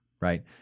Right